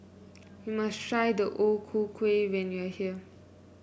you must try O Ku Kueh when you are here